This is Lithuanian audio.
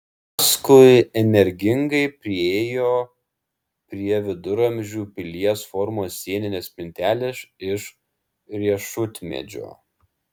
paskui energingai priėjo prie viduramžių pilies formos sieninės spintelės iš riešutmedžio